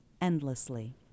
endlessly